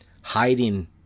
hiding